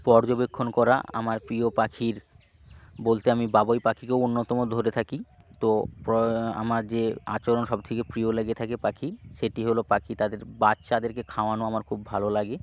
পর্যবেক্ষণ করা আমার পিয় পাখির বলতে আমি বাবুই পাখিকেও অন্যতম ধরে থাকি তো প্র আমার যে আচরণ সবথেকে প্রিয় লেগে থাকে পাখি সেটি হলো পাখি তাদের বাচ্চাদেরকে খাওয়ানো আমার খুব ভালো লাগে